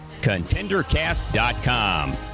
ContenderCast.com